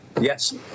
Yes